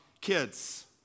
kids